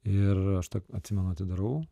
ir aš atsimenu atidarau